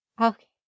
Okay